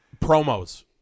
Promos